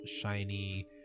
shiny